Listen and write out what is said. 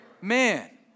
Man